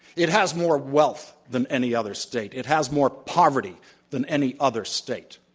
it has more wealth than any other state. it has more poverty than any other state.